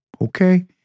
okay